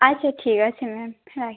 আচ্ছা ঠিক আছে ম্যাম হ্যাঁ